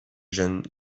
jeunes